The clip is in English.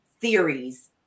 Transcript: theories